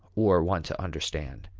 or want to understand.